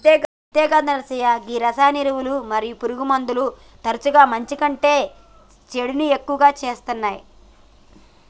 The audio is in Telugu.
అంతేగాదు నర్సయ్య గీ రసాయన ఎరువులు మరియు పురుగుమందులు తరచుగా మంచి కంటే సేసుడి ఎక్కువ సేత్తునాయి